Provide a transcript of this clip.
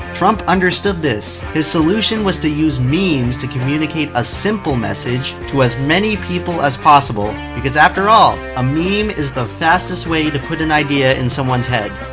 trump understood this. his solution was to use memes to communicate a simple message to as many people as possible. because after all, a meme is the fastest way to put an idea in someone's head.